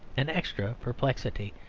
an extra perplexity,